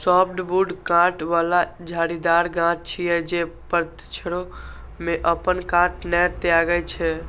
softwood कांट बला झाड़ीदार गाछ छियै, जे पतझड़ो मे अपन कांट नै त्यागै छै